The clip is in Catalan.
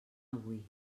avui